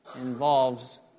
involves